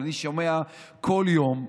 אבל אני שומע כל יום,